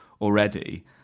already